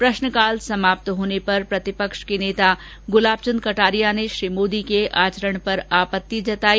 प्रश्नकाल समाप्त होने पर प्रतिपक्ष के नेता गुलाब चंद कटारिया ने श्री मोदी के आचरण पर आपत्ति जताई